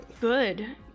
Good